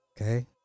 Okay